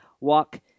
Walk